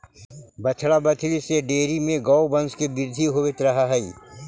बछड़ा बछड़ी से डेयरी में गौवंश के वृद्धि होवित रह हइ